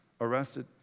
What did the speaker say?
arrested